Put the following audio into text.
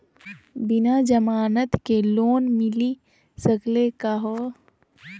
बिना जमानत के लोन मिली सकली का हो?